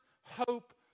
hope